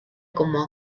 como